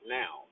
now